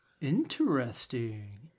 interesting